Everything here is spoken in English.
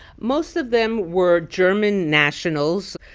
most of them were german nationals,